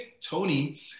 Tony